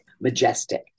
majestic